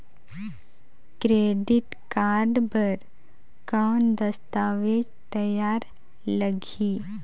Credit card बर कौन दस्तावेज तैयार लगही?